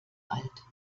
alt